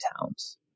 towns